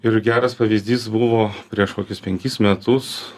ir geras pavyzdys buvo prieš kokius penkis metus